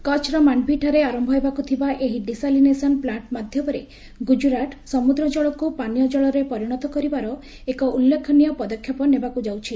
କଚ୍ଚର ମାଣ୍ଡଭିଠାରେ ଆରମ୍ଭ ହେବାକୁ ଥିବା ଏହି ଡିସାଲିନେସନ୍ ପ୍ଲାଷ୍ଟ୍ ମାଧ୍ୟମରେ ଗୁଜରାଟ ସମ୍ବଦ୍ରଜଳକ୍ ପାନୀୟ ଜଳରେ ପରିଣତ କରିବାର ଏକ ଉଲ୍ଲେଖନୀୟ ପଦକ୍ଷେପ ନେବାକ୍ ଯାଉଛି